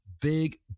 Big